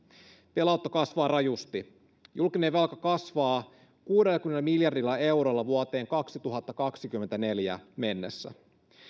velanotto kasvaa rajusti julkinen velka kasvaa kuudellakymmenellä miljardilla eurolla vuoteen kaksituhattakaksikymmentäneljä mennessä